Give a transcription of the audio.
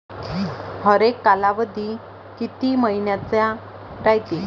हरेक कालावधी किती मइन्याचा रायते?